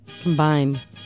Combined